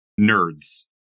nerds